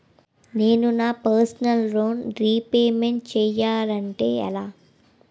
నేను నా personal loan repayment చేయాలంటే ఎలా?